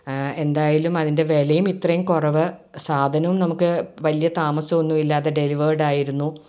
എന്തായാലും അതിൻ്റെ വിലയും ഇത്രയും കുറവ് സാധനവും നമുക്ക് വലിയ താമസൊന്നുമില്ലാതെ ഡെലിവേടായിരുന്നു